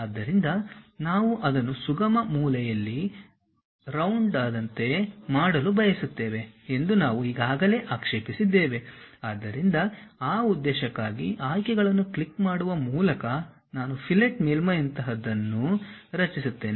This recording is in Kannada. ಆದ್ದರಿಂದ ನಾವು ಅದನ್ನು ಸುಗಮ ಮೂಲೆಯಲ್ಲಿ ದುಂಡಾದಂತೆ ಮಾಡಲು ಬಯಸುತ್ತೇವೆ ಎಂದು ನಾವು ಈಗಾಗಲೇ ಆಕ್ಷೇಪಿಸಿದ್ದೇವೆ ಆದ್ದರಿಂದ ಆ ಉದ್ದೇಶಕ್ಕಾಗಿ ಆಯ್ಕೆಗಳನ್ನು ಕ್ಲಿಕ್ ಮಾಡುವ ಮೂಲಕ ನಾವು ಫಿಲೆಟ್ ಮೇಲ್ಮೈಯಂತಹದನ್ನು ರಚಿಸುತ್ತೇವೆ